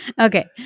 Okay